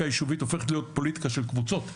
היישובית הופכת להיות פוליטיקה של קבוצות,